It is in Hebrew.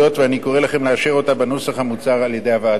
ואני קורא לכם לאשר אותה בנוסח המוצע על-ידי הוועדה.